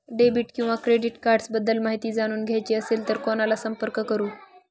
Debit किंवा credit cards बद्दल माहिती जाणून घ्यायची असेल तर कोणाला संपर्क करु?